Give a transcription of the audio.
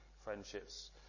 friendships